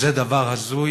זה דבר הזוי